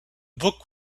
book